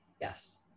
yes